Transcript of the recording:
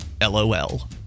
lol